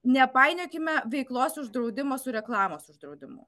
nepainiokime veiklos uždraudimo su reklamos uždraudimu